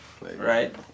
right